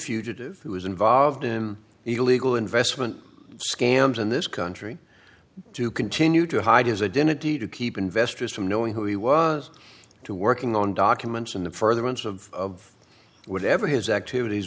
fugitive who was involved in the illegal investment scams in this country to continue to hide his identity to keep investors from knowing who he was to working on documents in the furtherance of whatever his activities